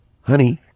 honey